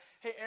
hey